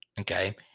okay